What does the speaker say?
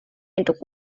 and